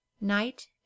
Night